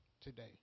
today